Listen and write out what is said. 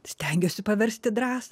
stengiuosi paverst į drąsą